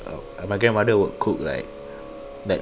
ugh my grandmother would cook like like